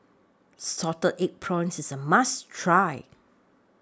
Salted Egg Prawns IS A must Try